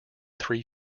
three